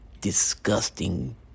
disgusting